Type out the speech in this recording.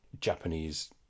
Japanese